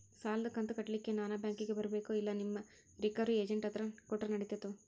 ಸಾಲದು ಕಂತ ಕಟ್ಟಲಿಕ್ಕೆ ನಾನ ಬ್ಯಾಂಕಿಗೆ ಬರಬೇಕೋ, ಇಲ್ಲ ನಿಮ್ಮ ರಿಕವರಿ ಏಜೆಂಟ್ ಹತ್ತಿರ ಕೊಟ್ಟರು ನಡಿತೆತೋ?